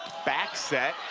back step,